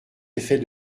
effets